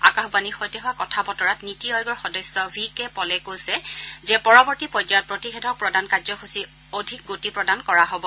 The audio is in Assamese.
আকাশবাণীৰ সৈতে হোৱা কথা বতৰাত নীতি আয়োগৰ সদস্য ভি কে পলে কৈছে যে পৰৱৰ্তী পৰ্যায়ত প্ৰতিষেধক প্ৰদান কাৰ্যসূচী অধিক গতি প্ৰদান কৰা হ'ব